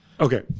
Okay